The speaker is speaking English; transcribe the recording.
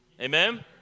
Amen